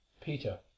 Peter